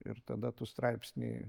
ir tada tu straipsnį